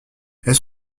elles